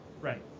Right